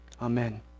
Amen